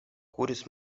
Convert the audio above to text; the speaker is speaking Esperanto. kuris